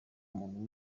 muntu